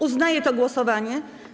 Uznaję to głosowanie.